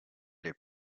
les